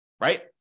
Right